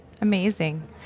Amazing